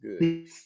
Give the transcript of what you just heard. good